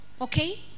okay